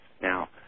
Now